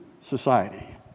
society